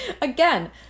Again